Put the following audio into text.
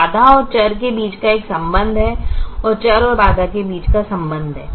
तो बाधा और चर के बीच एक संबंध है और चर और बाधा के बीच संबंध है